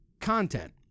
content